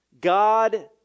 God